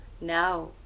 now